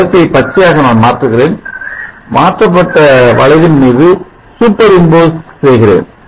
நிறத்தை பச்சையாக நான் மாற்றுகிறேன் மாற்றப்பட்ட வளைவின் மீது சூப்பர் இம்போஸ் செய்கிறேன்